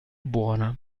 buona